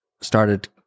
started